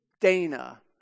Dana